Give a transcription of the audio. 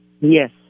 Yes